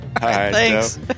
Thanks